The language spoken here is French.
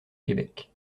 québec